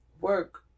Work